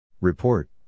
report